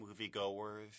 moviegoers